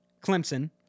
Clemson